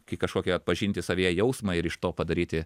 kai kažkokį atpažinti savyje jausmą ir iš to padaryti